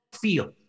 feel